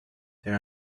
there